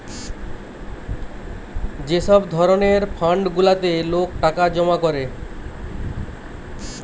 যে সব ধরণের ফান্ড গুলাতে লোক টাকা জমা করে